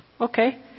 okay